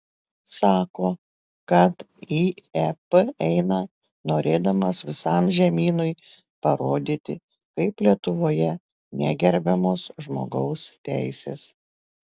sako kad į ep eina norėdamas visam žemynui parodyti kaip lietuvoje negerbiamos žmogaus teisės